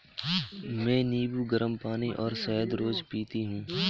मैं नींबू, गरम पानी और शहद रोज पीती हूँ